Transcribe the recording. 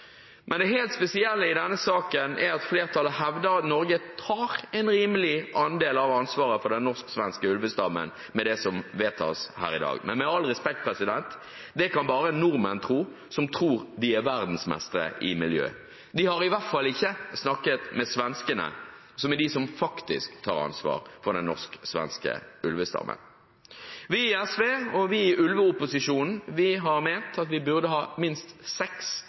Men det helt spesielle i denne saken er at flertallet hevder at Norge tar en rimelig andel av ansvaret for den norsk-svenske ulvestammen med det som vedtas her i dag. Med all respekt – det kan bare nordmenn som tror de er verdensmestre i miljø, tro. De har i hvert fall ikke snakket med svenskene, som er de som faktisk tar ansvar for den norsk-svenske ulvestammen. Vi i SV og vi i ulveopposisjonen har ment at vi burde ha minst seks